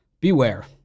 beware